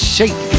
Shake